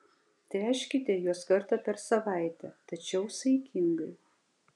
tręškite juos kartą per savaitę tačiau saikingai